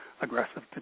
aggressive